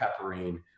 pepperine